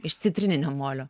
iš citrininio molio